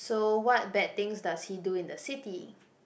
so what bad things does he do in the city